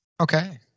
Okay